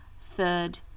third